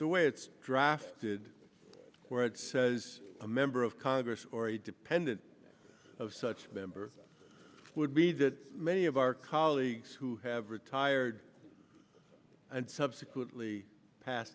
the way it's draft did where it says a member of congress or a dependent of such member would be that many of our colleagues who have retired and subsequently pass